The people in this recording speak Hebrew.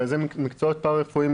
הרי אלה מקצועות פרה-רפואיים,